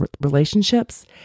relationships